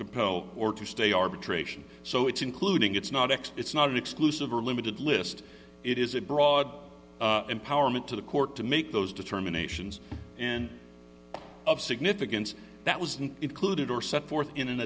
compel or to stay arbitration so it's including it's not ex it's not an exclusive or limited list it is a broad empowerment to the court to make those determinations and of significance that was an included or set forth in an